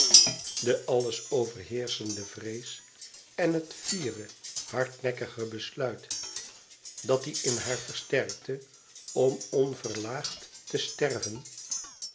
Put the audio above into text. de alles overheerschende vrees en het fiere hardnekkige besluit dat die in haar versterkte om onverlaagd te sterven